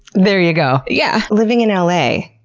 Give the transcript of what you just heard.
there ya go. yeah! living in l a,